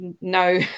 no